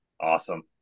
Awesome